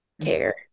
care